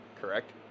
correct